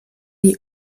est